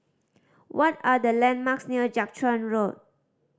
what are the landmarks near Jiak Chuan Road